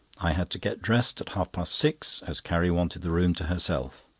i had to get dressed at half-past six, as carrie wanted the room to herself.